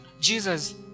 Jesus